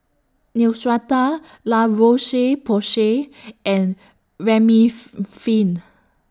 Neostrata La Roche Porsay and Remifemin